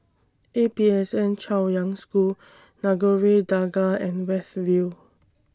A P S N Chaoyang School Nagore Dargah and West View